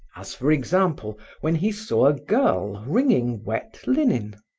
as, for example, when he saw a girl wringing wet linen.